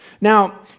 Now